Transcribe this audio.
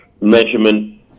measurement